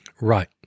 Right